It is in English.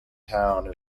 town